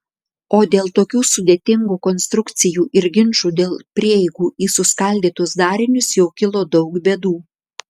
o dėl tokių sudėtingų konstrukcijų ir ginčų dėl prieigų į suskaldytus darinius jau kilo daug bėdų